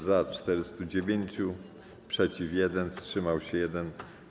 Za - 409, przeciw - 1, wstrzymał się 1.